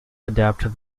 adapt